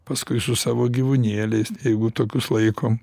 paskui su savo gyvūnėliais jeigu tokius laikom